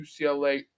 UCLA